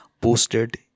posted